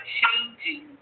changing